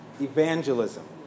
evangelism